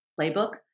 playbook